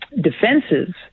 defenses